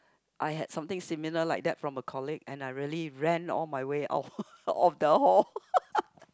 I had something similar like that from a colleague and I really ran all my way out of the hall